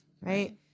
right